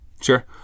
Sure